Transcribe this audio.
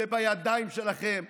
זה בידיים שלכם.